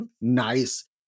Nice